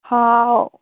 ꯍꯥꯎ